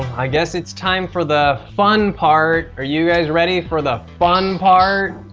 i guess it's time for the fun part. are you guys ready for the fun part?